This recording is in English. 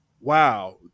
wow